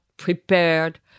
prepared